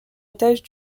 étage